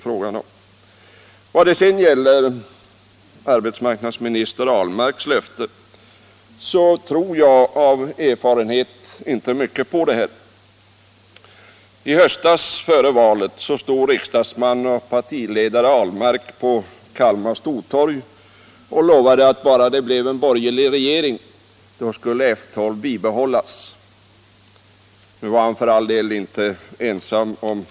I vad sedan gäller arbetsmarknadsminister Ahlmarks löfte tror jag av erfarenhet inte mycket på det. I höstas före valet stod riksdagsmannen och partiledaren Ahlmark på Kalmar stortorg och lovade att bara det blev en borgerlig regering så skulle F 12 bibehållas. Det var han för all del inte ensam om.